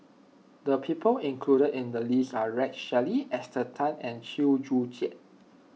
the people included in the list are Rex Shelley Esther Tan and Chew Joo Chiat